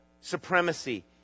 supremacy